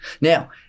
Now